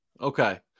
Okay